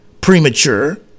premature